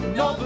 no